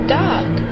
dark